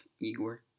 Igor